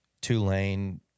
tulane